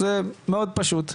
זה מאוד פשוט.